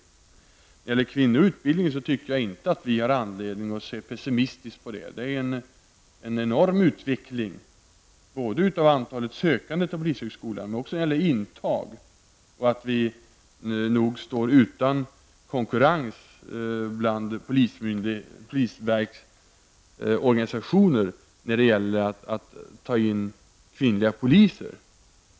När det gäller kvinnorna och utbildningen tycker jag inte att det finns anledning till någon pessimism. Utvecklingen är enorm både när det gäller antalet sökande till polishögskolan och när det gäller intagningen. Vi står nog utan konkurrens bland polisorganisationer när det gäller att ta in kvinnliga poliser.